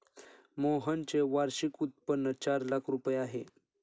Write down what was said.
मोहनचे वार्षिक उत्पन्न चार लाख रुपये आहे